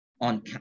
on